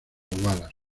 wallace